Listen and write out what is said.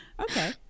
Okay